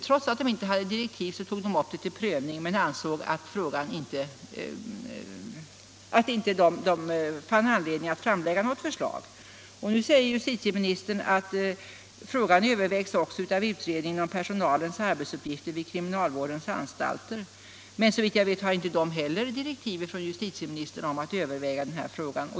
Trots att man inte hade direktiv att göra det tog man upp saken till prövning men fann inte anledning att framlägga något förslag. Nu säger justitieministern att frågan också övervägs av utredningen om personalens arbetsuppgifter vid kriminalvårdens anstalter. Men såvitt jag vet har inte heller den utredningen direktiv från justitieministern att överväga denna fråga.